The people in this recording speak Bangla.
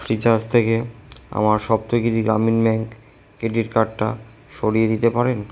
ফ্রিচার্জ থেকে আমার সপ্তগিরি গ্রামীণ ব্যাঙ্ক ক্রেডিট কার্ডটা সরিয়ে দিতে পারেন